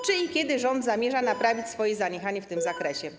Czy i kiedy rząd zamierza naprawić swoje zaniechanie w tym zakresie?